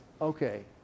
okay